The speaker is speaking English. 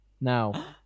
Now